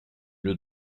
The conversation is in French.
lieu